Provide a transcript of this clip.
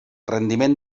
rendiment